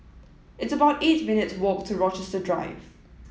it's about eight minutes walk to Rochester Drive